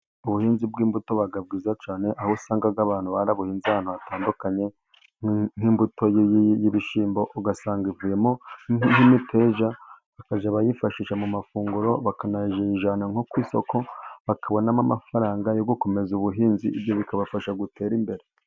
Ubuhinzi bw'imbuto buba bwiza cyane, aho usanga abantu barabuhinze ahantu hatandukanye, nk'imbuto y'ibishyimbo usanga ivuyemo nk'imiteja bakajya bayifashisha mu mafunguro, bakanayijyana nko ku isoko bakabonamo amafaranga yo gukomeza ubuhinzi, ibyo bikabafasha gutera imbere.